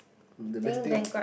the best thing